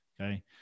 okay